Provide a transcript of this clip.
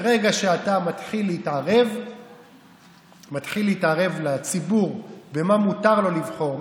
ברגע שאתה מתחיל להתערב לציבור במה מותר לו לבחור,